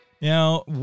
Now